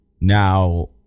Now